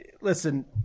listen